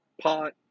pot